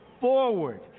forward